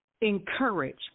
encourage